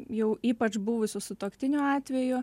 jau ypač buvusių sutuoktinių atveju